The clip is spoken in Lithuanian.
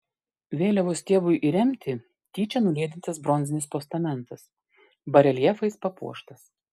vėliavos stiebui įremti tyčia nuliedintas bronzinis postamentas bareljefais papuoštas